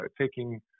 taking –